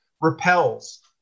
repels